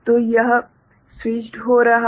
तो यह स्वीट्च्ड हो रहा है